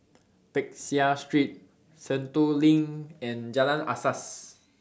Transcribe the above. Peck Seah Street Sentul LINK and Jalan Asas